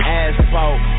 asphalt